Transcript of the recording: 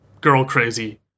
girl-crazy